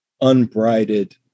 unbridled